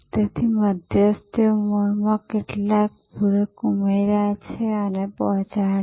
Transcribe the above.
તેથી મધ્યસ્થીએ મૂળમાં કેટલાક પૂરક ઉમેર્યા અને પહોંચાડ્યા